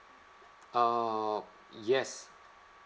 oh yes